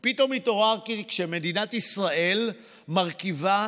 אבל פתאום התעוררתי כשמדינת ישראל מרכיבה